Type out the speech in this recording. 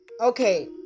Okay